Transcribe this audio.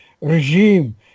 regime